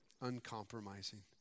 uncompromising